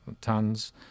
tons